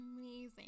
amazing